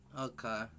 Okay